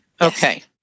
Okay